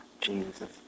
Jesus